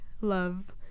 love